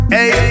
Hey